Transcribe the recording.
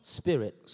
spirit